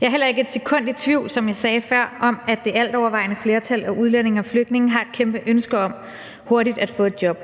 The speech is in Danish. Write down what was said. Jeg er heller ikke et sekund i tvivl, som jeg sagde før, om, at det altovervejende flertal af udlændinge og flygtninge har et kæmpe ønske om hurtigt at få et job,